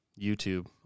YouTube